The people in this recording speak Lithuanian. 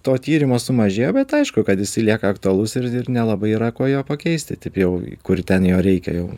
to tyrimo sumažėjo bet aišku kad jisai lieka aktualus ir ir nelabai yra kuo jo pakeisti jau kur ten jo reikia jau